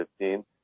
2015